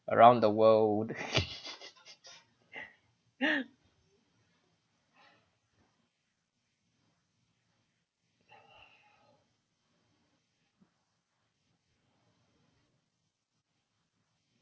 around the world